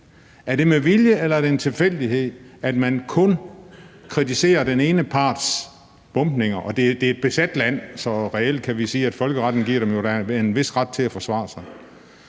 Er det med vilje, eller er det en tilfældighed, at man kun kritiserer den ene parts bombninger? Det er et besat land, så reelt kan vi sige, at folkeretten jo giver dem en vis ret til at forsvare sig.